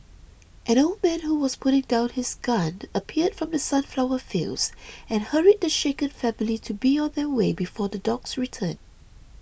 an old man who was putting down his gun appeared from the sunflower fields and hurried the shaken family to be on their way before the dogs return